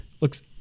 looks